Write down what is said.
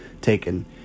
taken